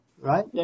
right